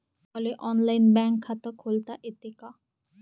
मले online bank खात खोलता येते का?